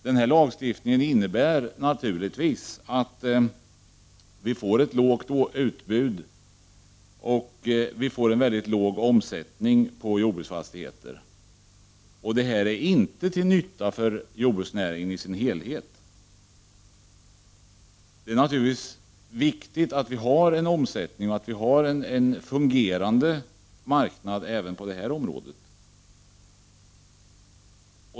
Den här lagstiftningen innebär naturligtvis ett lågt utbud och en mycket låg omsättning på jordbruksfastigheter. Detta är inte till nytta för jordbruksnäringen i sin helhet. Det är naturligtvis viktigt att det finns en omsättning och en fungerande marknad även på det området.